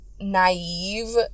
naive